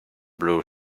blue